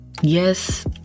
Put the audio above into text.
Yes